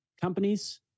companies